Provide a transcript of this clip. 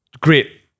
great